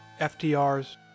FDR's